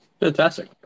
Fantastic